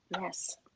Yes